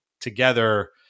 together